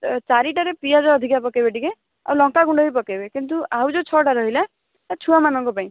ଚାରିଟାରେ ପିଆଜ ଅଧିକା ପକାଇବେ ଟିକିଏ ଆଉ ଲଙ୍କାଗୁଣ୍ଡ ବି ପକାଇବେ କିନ୍ତୁ ଆଉ ଯେଉଁ ଛଅଟା ରହିଲା ସେ ଛୁଆମାନଙ୍କ ପାଇଁ